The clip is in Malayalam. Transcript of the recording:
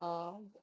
ആ